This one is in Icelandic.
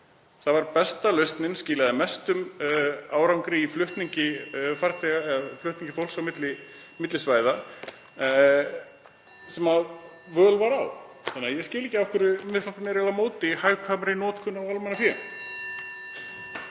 Hún var besta lausnin, skilaði mestum árangri í flutningi fólks á milli svæða sem völ var á. Þannig að ég skil ekki af hverju Miðflokksmenn eru á móti hagkvæmri notkun á almannafé.